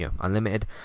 Unlimited